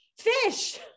fish